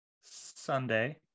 Sunday